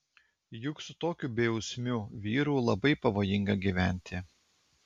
juk su tokiu bejausmiu vyru labai pavojinga gyventi